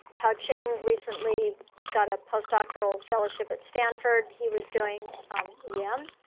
haoqing recently got a post-doctoral fellowship at stanford. he was doing yeah em.